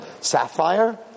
sapphire